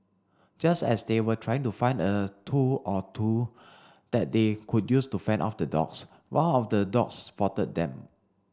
just as they were trying to find a tool or two that they could use to fend off the dogs one of the dogs spotted them